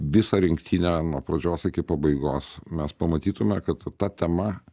visą rinktinę nuo pradžios iki pabaigos mes pamatytume kad ta tema